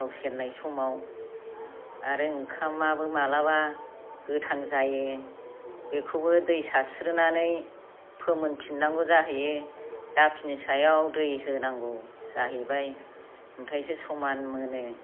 थाव सेरनाय समाव आरो ओंखामाबो माब्लाबा गोथां जायो बेखौबो दै सास्रिनानै फोमोन फिननांगौ जाहैयो दाखिनि सायाव दै होनांगौ जाहैबाय ओमफ्रायसो समान मोनो